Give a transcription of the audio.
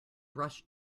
rushed